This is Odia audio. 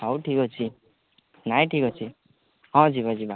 ହଉ ଠିକ୍ ଅଛି ନାଇ ଠିକ୍ ଅଛି ହଁ ଯିବା ଯିବା